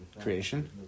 creation